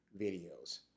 videos